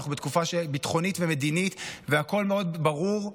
אנחנו בתקופה ביטחונית ומדינית, והכול מאוד ברור,